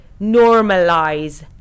normalize